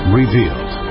revealed